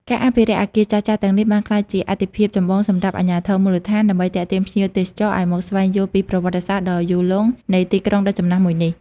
ការអភិរក្សអគារចាស់ៗទាំងនេះបានក្លាយជាអាទិភាពចម្បងសម្រាប់អាជ្ញាធរមូលដ្ឋាន ដើម្បីទាក់ទាញភ្ញៀវទេសចរឱ្យមកស្វែងយល់ពីប្រវត្តិសាស្ត្រដ៏យូរលង់នៃទីក្រុងដ៏ចំណាស់មួយនេះ។